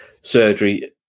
surgery